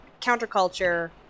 counterculture